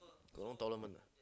got no tournament ah